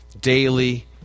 daily